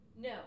No